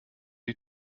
die